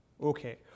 Okay